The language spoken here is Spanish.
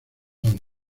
andes